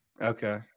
Okay